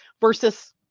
versus